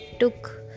took